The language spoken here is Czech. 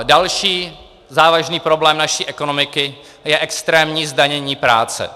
Další závažný problém naší ekonomiky je extrémní zdanění práce.